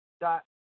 dot